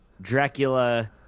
dracula